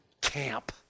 camp